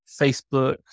Facebook